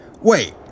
Wait